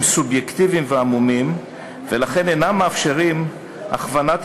הם סובייקטיביים ועמומים ולכן אינם מאפשרים הכוונת